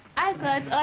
i thought